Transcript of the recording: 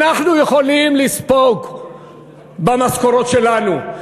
אנחנו יכולים לספוג במשכורות שלנו.